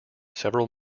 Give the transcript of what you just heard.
several